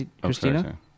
Christina